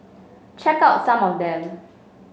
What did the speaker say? check out some of them